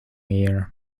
year